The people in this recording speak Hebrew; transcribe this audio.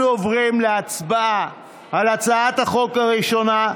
אנחנו עוברים להצבעה על הצעת החוק הראשונה,